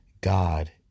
God